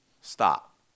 stop